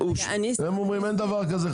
הם אומרים שאין דבר כזה.